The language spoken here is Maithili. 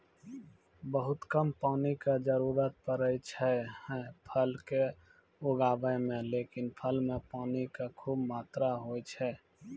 बहुत कम पानी के जरूरत पड़ै छै है फल कॅ उगाबै मॅ, लेकिन फल मॅ पानी के खूब मात्रा होय छै